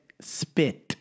spit